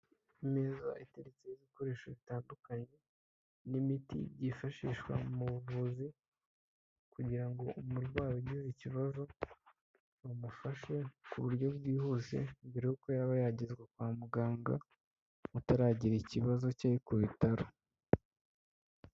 Imeza iteretse ibikoresho bitandukanye n'imiti byifashishwa mu buvuzi, kugira ngo umurwayi ugize ikibazo bamufashe ku buryo bwihuse mbere y'uko yaba yagezwa kwa muganga ataragira ikibazo akiri ku bitaro.